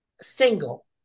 single